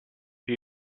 più